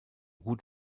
gut